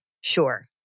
sure